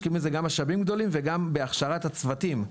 משקיעים בזה גם משאבים גדולים וגם בהכשרת הצוותים.